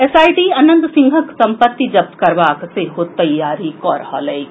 SIT Anant सिंहक सम्पत्ति जब्त करबाक सेहो तैयारी कऽ रहल अछि